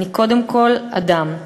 אני קודם כול אדם.